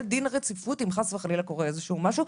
דין רציפות אם חס וחלילה קורה איזשהו משהו,